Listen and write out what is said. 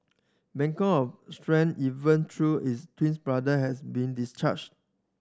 beacon of strength even though his twins brother has been discharged